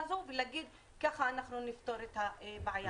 הזו ולהגיד ככה אנחנו נפתור את הבעיה.